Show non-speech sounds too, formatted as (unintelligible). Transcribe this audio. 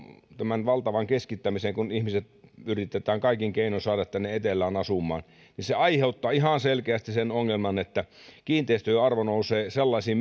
tämä valtava keskittäminen kun ihmiset yritetään kaikin keinoin saada tänne etelään asumaan aiheuttaa ihan selkeästi sen ongelman että kiinteistöjen arvot nousevat sellaisiin (unintelligible)